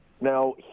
Now